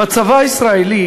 בצבא הישראלי